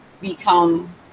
become